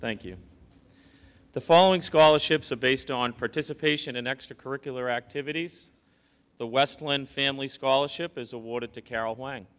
thank you the following scholarships a based on participation in extracurricular activities the westland family scholarship is awarded to carol